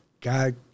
god